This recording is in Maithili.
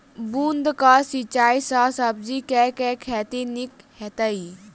बूंद कऽ सिंचाई सँ सब्जी केँ के खेती नीक हेतइ?